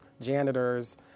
janitors